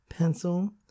Pencil